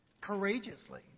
courageously